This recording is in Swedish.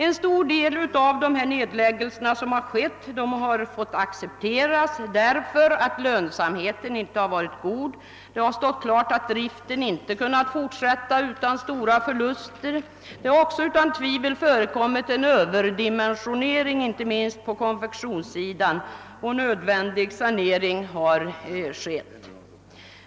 En stor del av nedläggningarna har fått accepteras emedan lönsamheten inte har varit god; det har stått klart att driften inte kunnat fortsätta utan stora förluster. Det har också utan tvivel förekommit en överdimensionering inte minst inom konfektionen, och nödvändiga saneringar har skett.